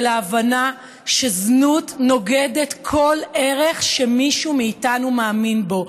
ההבנה שזנות נוגדת כל ערך שמישהו מאיתנו מאמין בו,